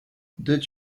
did